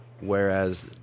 Whereas